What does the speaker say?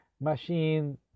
Machine